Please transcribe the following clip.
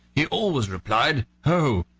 he always replied oh!